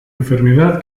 enfermedad